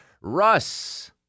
russ